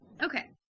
Okay